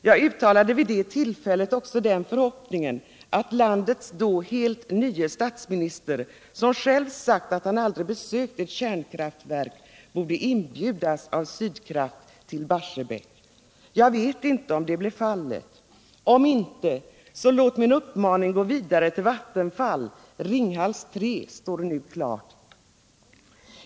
Jag uttalade vid det tillfället också den förhoppningen att landets då helt nye statsminister, som själv sagt att han aldrig besökt ett kärnkraftverk, borde inbjudas av Sydkraft till Barsebäck. Jag vet inte om det blev fallet. Om inte, så låt min uppmaning gå vidare till Vattenfall. Ringhals 3 står ju nu klart.